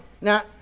now